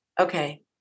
Okay